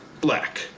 Black